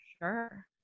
Sure